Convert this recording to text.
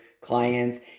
clients